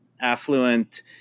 affluent